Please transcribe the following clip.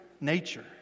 nature